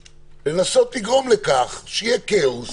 לגרום לכך שיהיה כאוס